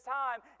time